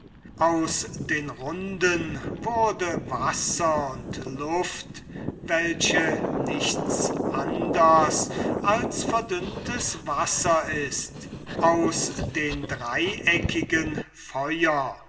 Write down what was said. aus den runden wurde wasser und luft welche nichts anders als verdünntes wasser ist aus den dreieckigen feuer